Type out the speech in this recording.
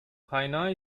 kaynağı